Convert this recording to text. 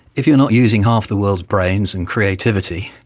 if you're not using half the world's brains and creativity,